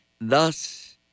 thus